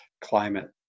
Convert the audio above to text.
climate